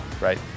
right